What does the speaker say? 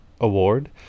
award